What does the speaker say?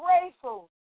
grateful